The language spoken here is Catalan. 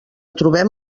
trobem